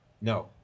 No